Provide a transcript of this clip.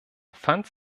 fand